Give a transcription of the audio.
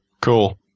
cool